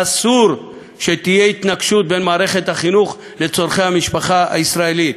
אסור שתהיה התנגשות בין מערכת החינוך לצורכי המשפחה הישראלית,